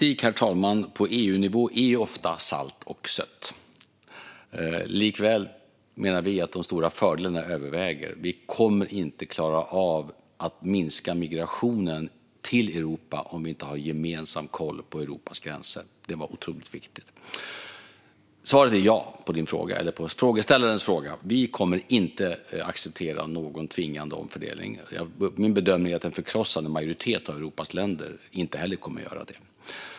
Herr talman! Politik på EU-nivå består ofta av salt och sött. Likväl menar vi att de stora fördelarna överväger. Vi kommer inte att klara av att minska migrationen till Europa om vi inte har gemensam koll på Europas gränser. Detta var otroligt viktigt. Svaret på frågeställarens fråga är ja. Vi kommer inte att acceptera någon tvingande omfördelning. Min bedömning är att en förkrossande majoritet av Europas länder inte heller kommer att göra det.